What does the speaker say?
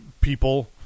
People